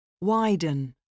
Widen